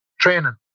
training